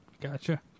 Gotcha